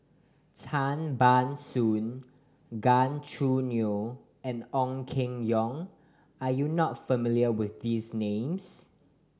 Tan Ban Soon Gan Choo Neo and Ong Keng Yong are you not familiar with these names